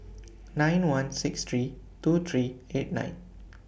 nine one six three two three eight nine